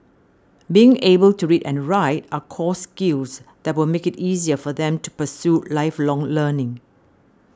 being able to read and write are core skills that will make it easier for them to pursue lifelong learning